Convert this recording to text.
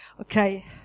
okay